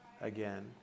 again